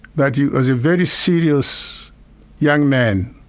that he was a very serious young man,